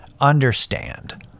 understand